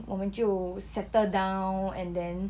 我们就 settle down and then